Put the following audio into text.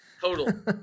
total